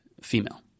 female